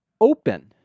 open